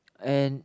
and